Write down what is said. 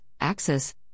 Axis